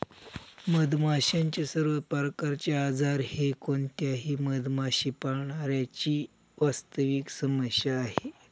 मधमाशांचे सर्व प्रकारचे आजार हे कोणत्याही मधमाशी पाळणाऱ्या ची वास्तविक समस्या आहे